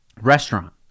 restaurant